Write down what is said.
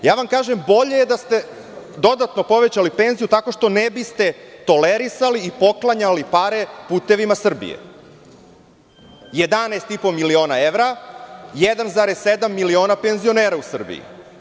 Kažem vam da je bolje da ste dodatno povećali penziju tako što ne biste tolerisali i poklanjali pare "Putevima Srbije", 11,5 miliona evra, a 1,7 miliona je penzionera u Srbiji.